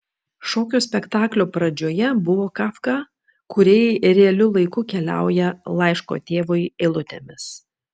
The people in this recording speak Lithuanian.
šokio spektaklio pradžioje buvo kafka kūrėjai realiu laiku keliauja laiško tėvui eilutėmis